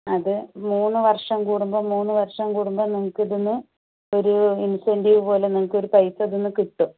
അത് മൂന്ന് വർഷം കൂടുമ്പോൾ മൂന്ന് വർഷം കൂടുമ്പോൾ നിങ്ങൾക്ക് ഇതിൽ നിന്ന് ഒരു ഇൻസെൻറ്റീവ് പോലെ നിങ്ങൾക്ക് ഒരു പൈസ ഇതിൽ നിന്ന് കിട്ടും